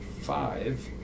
five